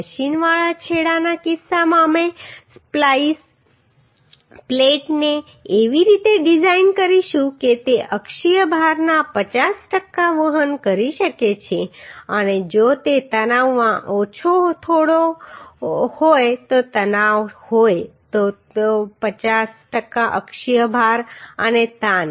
મશીનવાળા છેડાના કિસ્સામાં અમે સ્પ્લાઈસ પ્લેટને એવી રીતે ડિઝાઇન કરીશું કે તે અક્ષીય ભારના 50 ટકા વહન કરી શકે અને જો તે તણાવમાં થોડો તણાવ હોય તો 50 ટકા અક્ષીય ભાર અને તાણ